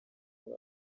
muri